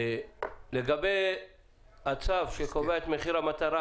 לגבי הצו שקובע את מחיר המטרה